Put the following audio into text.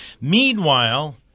Meanwhile